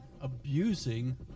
abusing